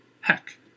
heck